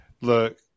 Look